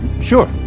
Sure